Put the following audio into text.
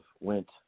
went